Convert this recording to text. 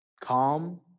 calm